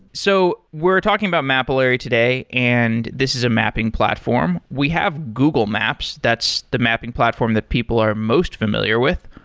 so we're talking about mapillary today, and this is a mapping platform. we have google maps. that's the mapping platform that people are most familiar with.